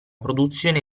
produzione